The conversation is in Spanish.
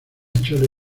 chole